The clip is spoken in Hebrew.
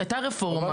הייתה רפורמה,